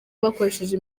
bakoresheje